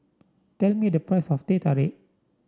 tell me the price of Teh Tarik